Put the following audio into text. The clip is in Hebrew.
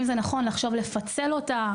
האם זה נכון לחשוב לפצל אותה.